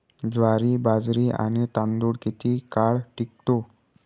ज्वारी, बाजरी आणि तांदूळ किती काळ टिकतो?